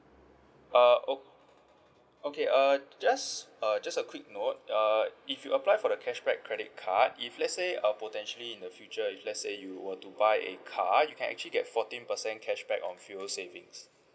uh o~ okay uh just a just a quick note uh if you apply for the cashback credit card if let's say uh potentially in the future if let's say you were to buy a car you can actually get fourteen percent cashback on fuel savings